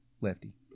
Lefty